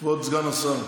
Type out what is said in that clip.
כבוד סגן השר.